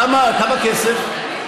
כמה כסף?